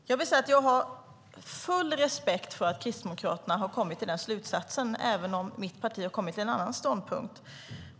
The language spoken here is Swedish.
Jag har full respekt för att Kristdemokraterna har kommit fram till den slutsatsen, även om mitt parti har kommit fram till en annan ståndpunkt.